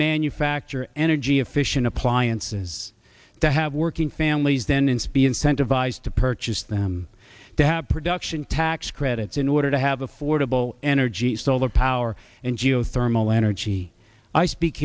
manufacture energy efficient appliances that have working families then in speed incentivized to purchase them that production tax credits in order to have affordable energy solar power and geothermal energy i speak